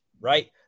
right